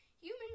Human